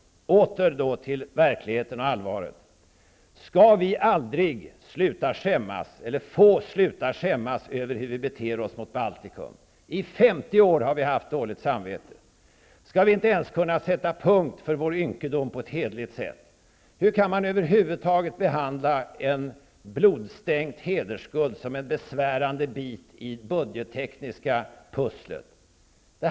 Åter till verkligheten och allvaret. Skall vi aldrig få sluta skämmas över hur vi beter oss mot Baltikum? I 50 år har vi haft dåligt samvete. Skall vi inte ens kunna sätta punkt för vår ynkedom på ett hederligt sätt? Hur kan man över huvud taget behandla en blodstänkt hedersskuld som en besvärande bit i det budgettekniska pusslet!